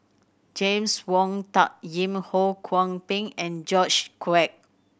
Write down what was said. James Wong Tuck Yim Ho Kwon Ping and George Quek